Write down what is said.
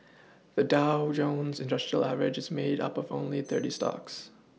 the Dow Jones industrial Average is made up of only thirty stocks